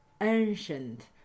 ancient